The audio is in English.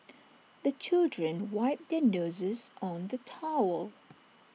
the children wipe their noses on the towel